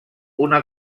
una